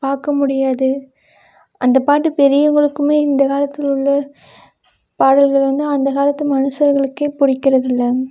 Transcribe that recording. பார்க்க முடியாது அந்த பாட்டு பெரியவர்களுக்குமே இந்த காலத்தில் உள்ள பாடல்கள் வந்து அந்த காலத்து மனுஷர்களுக்கே பிடிக்கிறது இல்லை